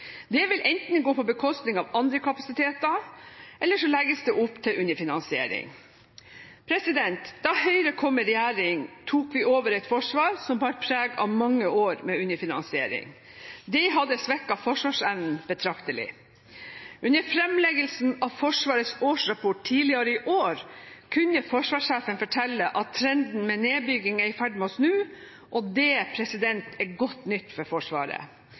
Det vil enten gå på bekostning av andre kapasiteter, eller så legges det opp til underfinansiering. Da Høyre kom i regjering, tok vi over et forsvar som bar preg av mange år med underfinansiering. Det hadde svekket forsvarsevnen betraktelig. Under framleggelsen av Forsvarets årsrapport tidligere i år kunne forsvarssjefen fortelle at trenden med nedbygging er i ferd med å snu – og det er godt nytt for Forsvaret.